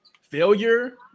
failure